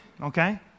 okay